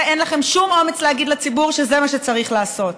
אין לכם שום אומץ להגיד לציבור שזה מה שצריך לעשות.